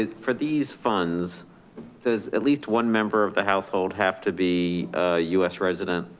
for these funds does at least one member of the household have to be a us resident.